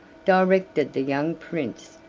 directed the young prince,